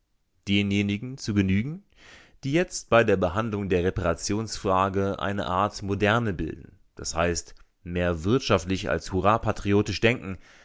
denjenigen zu genügen die jetzt bei der behandlung der reparationsfrage eine art moderne bilden d h mehr wirtschaftlich als hurrapatriotisch denken